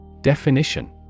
Definition